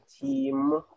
team